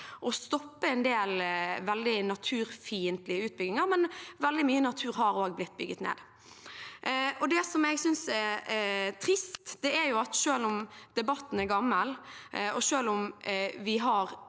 å stoppe en del veldig naturfiendtlige utbygginger, men veldig mye natur har også blitt bygget ned. Det jeg synes er trist, er at selv om debatten er gammel, og selv om vi har